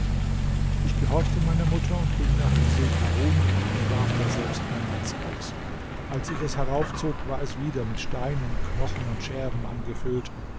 ich gehorchte meiner mutter und ging nach dem see karun und warf daselbst mein netz aus als ich es heraufzog war es wieder mit steinen knochen und scherben angefüllt